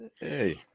hey